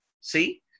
See